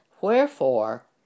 Wherefore